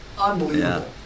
unbelievable